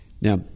Now